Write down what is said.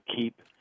keep